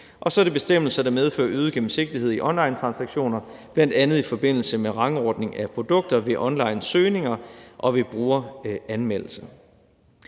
Og så er det bestemmelser, der medfører øget gennemsigtighed i onlinetransaktioner, bl.a. i forbindelse med rangordning af produkter ved onlinesøgninger og ved brugeranmeldelser.